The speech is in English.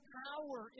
power